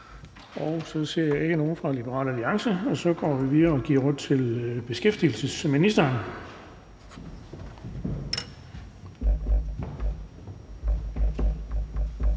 Jeg ser ikke nogen fra Liberal Alliance, så vi går videre og giver ordet til beskæftigelsesministeren.